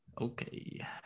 Okay